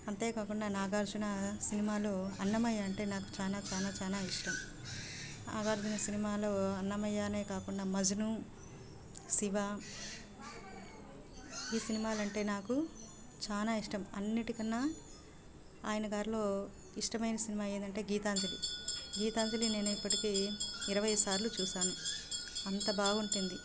అంతే కాకుండా నాగర్జున సినిమాలో అన్నమయ్య అంటే నాకు చాలా చాలా చాలా ఇష్టం నాగార్జున సినిమాలో అన్నమయ్య అనే కాకుండా మజ్ను శివ ఈ సినిమాలంటే నాకు చాలా ఇష్టం అన్నింటికన్నా ఆయన గారిలో ఇష్టమైన సినిమా ఏదంటే గీతాంజలి గీతాంజలి నేను ఇప్పటికీ ఇరవై సార్లు చూసాను అంత బాగుంటుంది